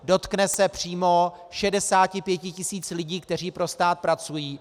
Dotkne se přímo 65 tis. lidí, kteří pro stát pracují.